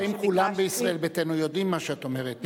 האם כולם בישראל ביתנו יודעים מה שאת אומרת?